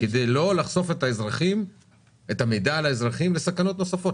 כדי לא לחשוף את המידע על האזרחים לסכנות נוספות.